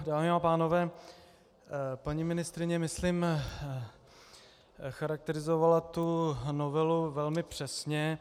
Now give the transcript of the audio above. Dámy a pánové, paní ministryně myslím charakterizovala novelu velmi přesně.